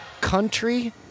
Country